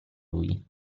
lui